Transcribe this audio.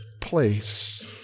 place